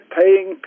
paying